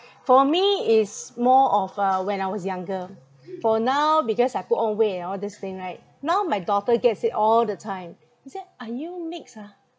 for me is more of uh when I was younger for now because I put on weight and all this thing right now my daughter gets it all the time he said are you mix ah